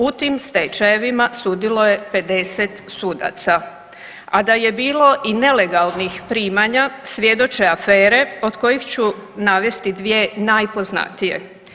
U tim stečajevima sudjeluje 50 sudaca, a da je bilo i nelegalnih primanja svjedoče afere od kojih ću navesti 2 najpoznatije.